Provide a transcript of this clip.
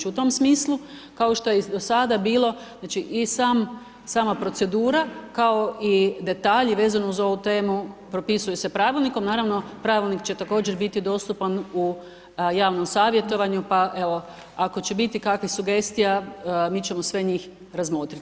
U tom smislu, kao što je i do sada bilo i sama procedura, kao i detalji vezani za ovu temu, propi8suju se pravilnikom, naravno, pravilnik će također biti dostupan u javnom savjetovanju, pa evo, ako će biti kakvih sugestija, mi ćemo sve njih razmotriti.